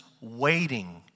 waiting